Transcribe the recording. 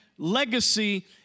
Legacy